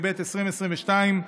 התשפ"ב 2022,